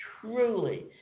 truly